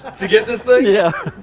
to get this thing? yeah.